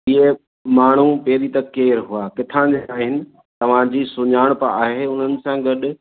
इहे माण्हू पहिरीं त केरु हुआ किथां जा आहिनि तव्हांजी सुञाणप आहे उन्हनि सां गॾु